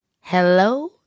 Hello